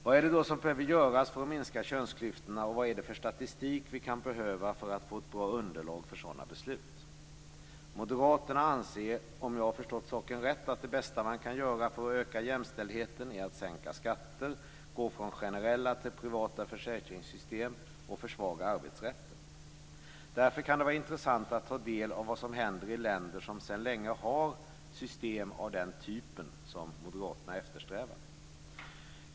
Vad är det då som behöver göras för att minska könsklyftorna, och vad är det för statistik vi kan behöva för att få ett bra underlag för sådana beslut? Moderaterna anser, om jag förstått saken rätt, att det bästa man kan göra för att öka jämställdheten är att sänka skatter, gå från generella till privata försäkringssystem och försvaga arbetsrätten. Därför kan det vara intressant att ta del av vad som händer i länder som sedan länge har ett system av den typ Moderaterna eftersträvar.